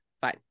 Fine